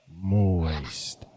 moist